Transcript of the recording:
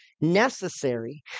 necessary